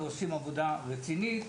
הם עושים עבודה מאוד רצינית,